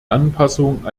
anpassung